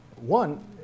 One